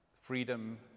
freedom